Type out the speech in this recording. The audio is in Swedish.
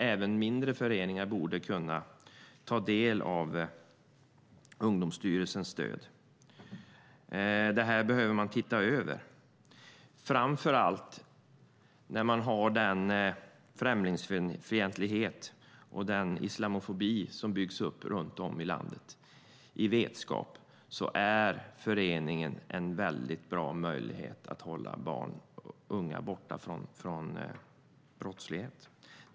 Även mindre föreningar borde därför kunna ta del av Ungdomsstyrelsens stöd. Detta behöver man titta över, framför allt med tanke på den främlingsfientlighet och islamofobi som byggs upp runt om i landet. Föreningar är en mycket bra möjlighet att hålla barn och unga borta från brottslighet.